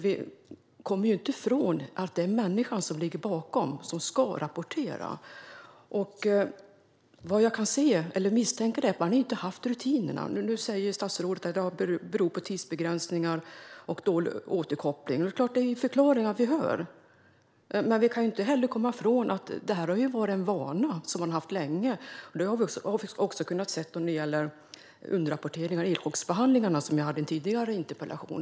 Vi kommer ju inte ifrån att det är människan bakom som ska rapportera. Vad jag misstänker är att man inte har haft rutinerna. Nu säger statsrådet att det beror på tidsbegränsning och dålig återkoppling. Det är klart att det är förklaringar vi hör. Men vi kan inte heller komma ifrån att det här är en vana som man har haft länge. Det har vi också kunnat se när det gäller underrapporteringen av elchockbehandlingar, som jag tog upp i en tidigare interpellation.